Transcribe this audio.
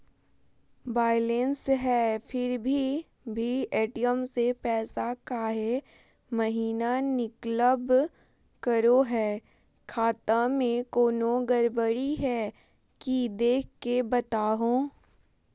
Balance है फिर भी भी ए.टी.एम से पैसा काहे महिना निकलब करो है, खाता में कोनो गड़बड़ी है की देख के बताहों?